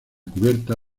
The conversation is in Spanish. cubierta